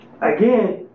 again